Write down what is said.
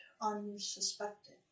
unsuspected